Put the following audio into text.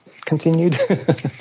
continued